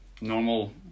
normal